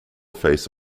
face